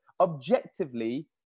Objectively